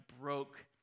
broke